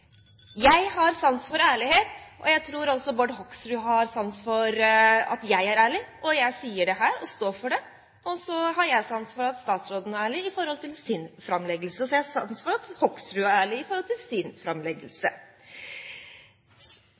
Jeg har sans for ærlighet, og jeg tror også Bård Hoksrud har sans for at jeg er ærlig, og jeg sier det her og står for det. Og så har jeg sans for at statsråden er ærlig i forhold til sin framleggelse, og så har jeg sans for at Hoksrud er ærlig i forhold til sin framleggelse.